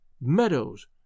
meadows